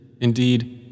Indeed